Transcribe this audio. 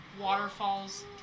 waterfalls